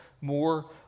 more